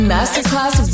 Masterclass